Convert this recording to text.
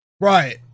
Right